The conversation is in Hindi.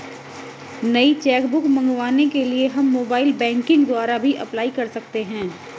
नई चेक बुक मंगवाने के लिए हम मोबाइल बैंकिंग द्वारा भी अप्लाई कर सकते है